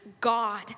God